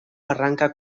arranca